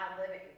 living